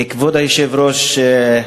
כבוד היושב-ראש,